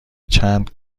چند